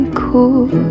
cool